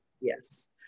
Yes